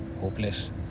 hopeless